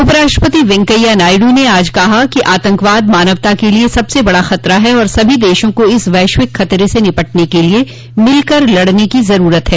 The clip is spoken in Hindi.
उपराष्ट्रपति वैंकैया नायडू ने आज कहा कि आतंकवाद मानवता के लिए सबसे बड़ा खतरा है और सभी देशों को इस वैश्विक खतरे से निपटने के लिए मिलकर लड़ने की जरूरत है